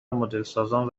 مدلسازان